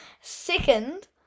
Second